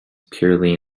purely